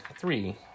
three